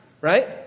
Right